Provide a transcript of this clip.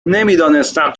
نمیدانستم